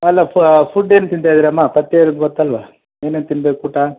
ಅಲ್ಲ ಫುಡ್ ಏನು ತಿಂತಾ ಇದ್ದೀರಮ್ಮ ಪಥ್ಯ ಇರೋದು ಗೊತ್ತಲ್ವ ಏನೇನು ತಿನ್ಬೇಕು ಪುಟ್ಟ